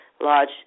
large